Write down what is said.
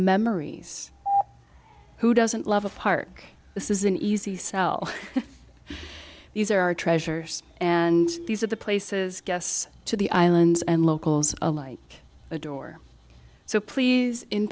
memories who doesn't love a park this is an easy sell these are our treasures and these are the places guests to the islands and locals alike adore so please